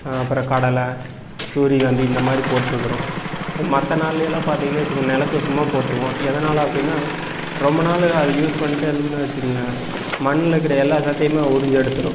அப்புறம் கடலை சூரியகாந்தி இந்த மாதிரி போட்டிருக்குறோம் மற்ற நாள்லேலாம் பார்த்திங்கனு வச்சிக்குங்களாம் நிலத்த சும்மா போட்டிருவோம் எதனால் அப்படினா ரொம்ப நாள் அதை யூஸ் பண்ணிட்டிருந்தோம் வச்சிங்களேன் மண்ணிலக்குற எல்லா சத்தையுமே உறிஞ்சு எடுத்துடும்